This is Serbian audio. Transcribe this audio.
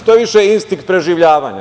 To je više instinkt preživljavanja.